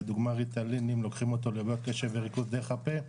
לדוגמא ריטלין לוקחים אותו לבעיות קשב וריכוז דרך הפה,